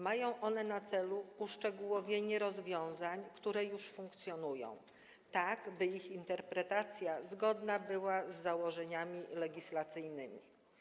Mają one na celu uszczegółowienie rozwiązań, które już funkcjonują, tak by ich interpretacja zgodna była z założeniami legislacyjnymi.